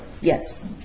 Yes